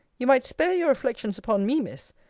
you might spare your reflections upon me, miss.